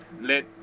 let